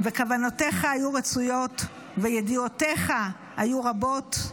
וכוונותיך היו רצויות, וידיעותיך היו רבות,